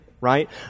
right